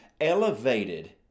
elevated